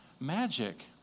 Magic